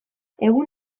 egun